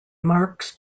marks